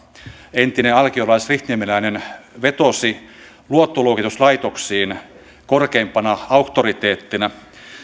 entinen alkiolais rihtniemeläinen vetosi luottoluokituslaitoksiin korkeimpana auktoriteettina